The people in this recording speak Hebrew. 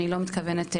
אני לא מתכוונת להזניח,